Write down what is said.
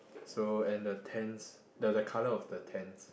so and the tents the the colour of the tents